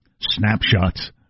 Snapshots